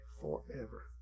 forever